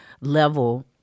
level